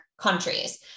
countries